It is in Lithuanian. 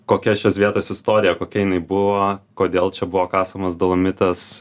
kokia šios vietos istorija kokia jinai buvo kodėl čia buvo kasamas dolomitas